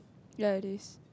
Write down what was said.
ya it is